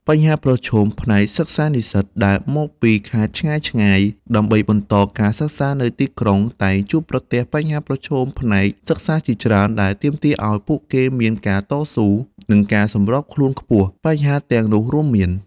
បញ្ហាប្រឈមផ្នែកសិក្សានិស្សិតដែលមកពីខេត្តឆ្ងាយៗដើម្បីបន្តការសិក្សានៅទីក្រុង តែងជួបប្រទះបញ្ហាប្រឈមផ្នែកសិក្សាជាច្រើន ដែលទាមទារឲ្យពួកគេមានការតស៊ូ និងការសម្របខ្លួនខ្ពស់។ បញ្ហាទាំងនោះរួមមាន